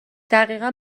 دقیقا